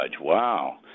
wow